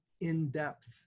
in-depth